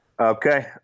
Okay